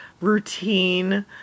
routine